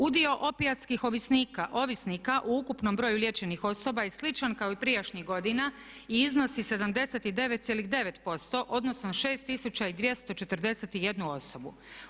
Udio opijatskih ovisnika u ukupnom broju liječenih osoba je sličan kao i prijašnjih godina i iznosi 79,9%, odnosno 6241 osobu.